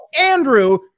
Andrew